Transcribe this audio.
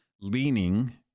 leaning